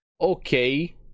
okay